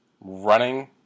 running